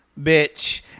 bitch